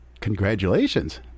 congratulations